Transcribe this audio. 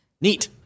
neat